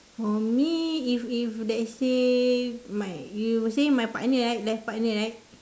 for me if if let's say my you were saying my partner right life partner right